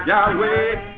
Yahweh